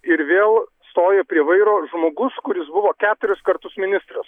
ir vėl stoja prie vairo žmogus kuris buvo keturis kartus ministras